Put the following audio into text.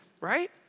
Right